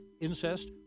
incest